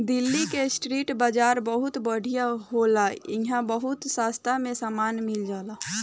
दिल्ली के स्ट्रीट बाजार बहुत बढ़िया होला इहां बहुत सास्ता में सामान मिल जाला